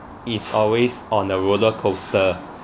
is always on the roller coaster